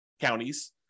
counties